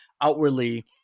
outwardly